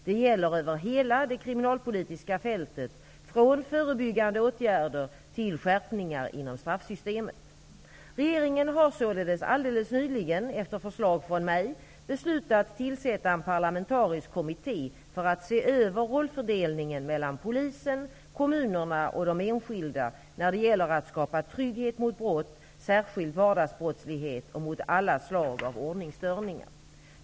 Det gäller över hela det kriminalpolitiska fältet -- från förebyggande åtgärder till skärpningar inom straffsystemet. Regeringen har således alldeles nyligen, efter förslag från mig, beslutat tillsätta en parlamentarisk kommitté för att se över rollfördelningen mellan polisen, kommunerna och de enskilda när det gäller att skapa trygghet mot brott, särskilt vardagsbrottslighet, och mot alla slag av ordningsstörningar.